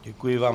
Děkuji vám.